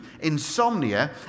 insomnia